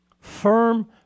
firm